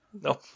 No